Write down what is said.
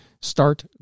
start